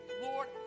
Lord